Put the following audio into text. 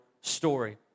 story